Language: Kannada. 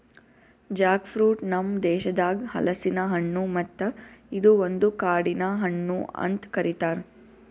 ಜಾಕ್ ಫ್ರೂಟ್ ನಮ್ ದೇಶದಾಗ್ ಹಲಸಿನ ಹಣ್ಣು ಮತ್ತ ಇದು ಒಂದು ಕಾಡಿನ ಹಣ್ಣು ಅಂತ್ ಕರಿತಾರ್